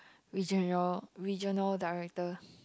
regional regional director